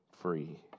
free